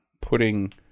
putting